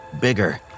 bigger